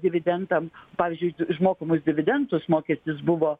dividendam pavyzdžiuiuž mokamus dividendus mokestis buvo